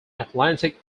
atlantic